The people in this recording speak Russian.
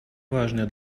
важной